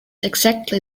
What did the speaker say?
exactly